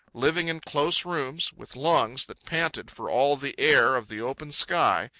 living in close rooms with lungs that panted for all the air of the open sky,